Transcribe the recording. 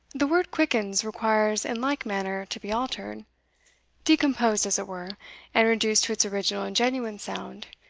the word quickens requires in like manner to be altered decomposed, as it were and reduced to its original and genuine sound,